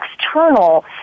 external